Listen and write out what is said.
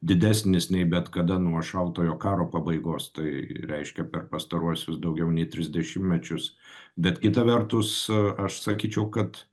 didesnis nei bet kada nuo šaltojo karo pabaigos tai reiškia per pastaruosius daugiau nei tris dešimtmečius bet kita vertus aš sakyčiau kad